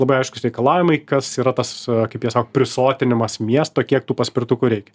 labai aiškūs reikalavimai kas yra tas kaip jie sako prisotinimas miesto kiek tų paspirtukų reikia